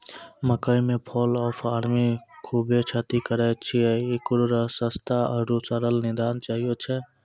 मकई मे fall of army खूबे क्षति करेय छैय, इकरो सस्ता आरु सरल निदान चाहियो छैय?